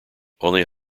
only